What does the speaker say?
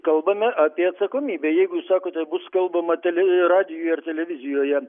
kalbame apie atsakomybę jeigu jūs sakote bus kalbama tele radijuje ar televizijoje